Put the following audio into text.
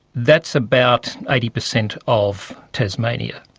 that's about eighty percent of tasmania.